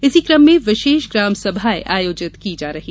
इसी क्रम में विशेष ग्राम सभाएँ आयोजित की जाएगी